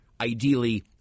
ideally